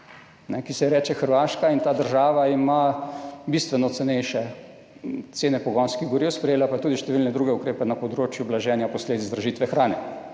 ki se ji reče Hrvaška, in ta država ima bistveno cenejše cene pogonskih goriv, sprejela pa je tudi številne druge ukrepe na področju blaženja posledic dražitve hrane.